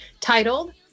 titled